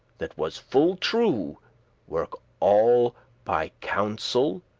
that was full true work all by counsel,